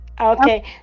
Okay